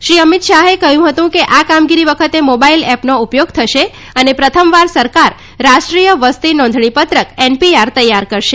શ્રી અમિત શાહે કહ્યું હતું કે આ કામગીરી વખતે મોબાઈલ એપનો ઉપયોગ થશે અને પ્રથમવાર સરકાર રાષ્ટ્રીય વસ્તી નોંધણી પત્રક એનપીઆર તૈયાર કરશે